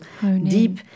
deep